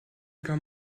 kann